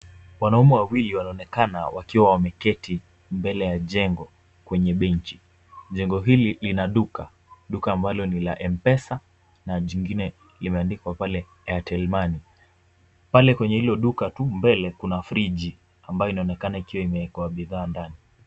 Wanaume wawili wanaonekana wakiwa wameketi mbele ya jengo kwenye benki. Kwenye jengo hili kuna duka. Duka ambalo ni la M-pesa na lingine ambalo limeandikwa pale Airtel money. Pale kwenye duka tu mbele, kuna friji ambayo inaonekana kuwa imeekwa bidhaa ndani.